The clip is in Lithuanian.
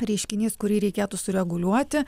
reiškinys kurį reikėtų sureguliuoti